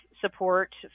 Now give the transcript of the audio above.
support